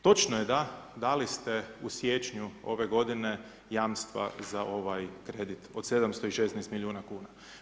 Točno je da, dali ste u siječnju ove godine jamstva za ovaj kredit od 716 milijuna kuna.